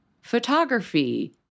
photography